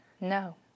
No